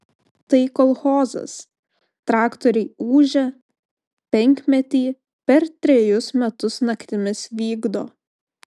tai kolchozas traktoriai ūžia penkmetį per trejus metus naktimis vykdo